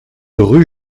rue